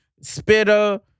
Spitter